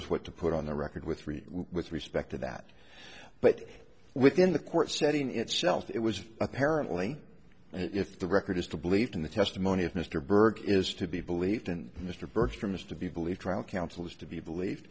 us what to put on the record with with respect to that but within the court setting itself it was apparently if the record is to believed in the testimony of mr burke is to be believed and mr bertram is to be believed trial counsel is to be